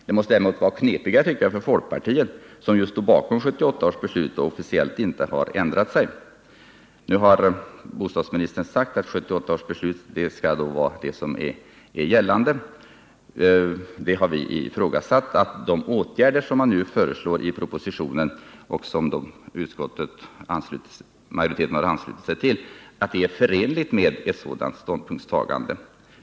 Jag tycker däremot att det måste ha varit knepigare för folkpartiet, som ju stod bakom 1978 års beslut och officiellt inte har ändrat sig. Nu har bostadsministern sagt att 1978 års beslut skall vara gällande. Vi har ifrågasatt huruvida de åtgärder som nu föreslås i propositionen och som utskottsmajoriteten har anslutit sig till är förenliga med ett sådant ståndpunktstagande.